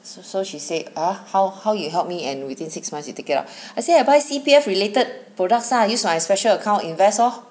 so so she said ah how how you help me and within six months you take it out I say I buy C_P_F related products lah use my special account invest lor